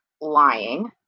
lying